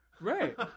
right